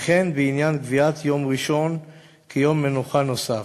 וכן בעניין קביעת יום ראשון כיום מנוחה נוסף.